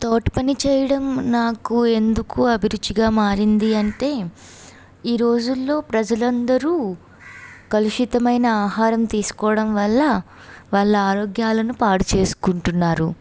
తోట పని చేయడం నాకు ఎందుకు అభిరుచిగా మారింది అంటే ఈరోజుల్లో ప్రజలందరూ కలుషితమైన ఆహారం తీసుకోవడం వల్ల వాళ్ళ ఆరోగ్యాలను పాడు చేసుకుంటున్నారు